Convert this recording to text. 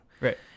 Right